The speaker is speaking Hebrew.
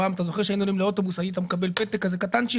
אתם זוכרים שפעם כשהיו עולים לאוטובוס היו מקבלים פתק קטן.